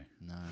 No